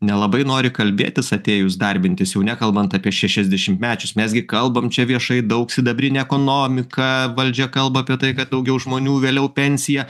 nelabai nori kalbėtis atėjus darbintis jau nekalbant apie šešiasdešimtmečius mes gi kalbam čia viešai daug sidabrinė ekonomika valdžia kalba apie tai kad daugiau žmonių vėliau pensija